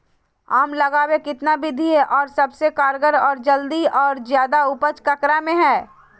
आम लगावे कितना विधि है, और सबसे कारगर और जल्दी और ज्यादा उपज ककरा में है?